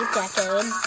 decade